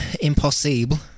Impossible